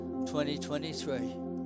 2023